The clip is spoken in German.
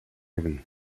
haven